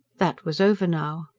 that was over now.